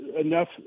enough